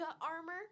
armor